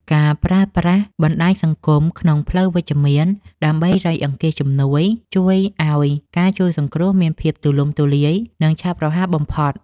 ការប្រើប្រាស់បណ្តាញសង្គមក្នុងផ្លូវវិជ្ជមានដើម្បីរៃអង្គាសជំនួយជួយឱ្យការជួយសង្គ្រោះមានភាពទូលំទូលាយ និងឆាប់រហ័សបំផុត។